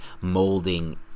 molding